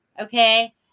Okay